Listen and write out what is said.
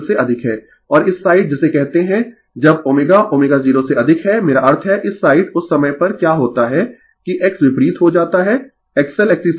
और इस साइड जिसे कहते है जब ω ω0 से अधिक है मेरा अर्थ है इस साइड उस समय पर क्या होता है कि X विपरीत हो जाता है XL XC से अधिक है